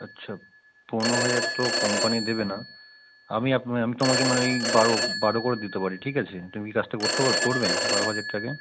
আচ্ছা পনেরো হাজার তো কোম্পানি দেবে না আমি আপনাকে আমি তোমাকে মানে ওই বারো বারো করে দিতে পারি ঠিক আছে তুমি কি কাজটা করতে করবে বারো হাজার টাকায়